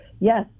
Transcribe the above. yes